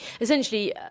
Essentially